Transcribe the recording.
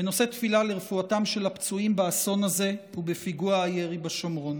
ואני נושא תפילה לרפואתם של הפצועים באסון הזה ובפיגוע הירי בשומרון.